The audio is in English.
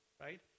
Right